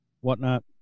whatnot